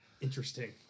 interesting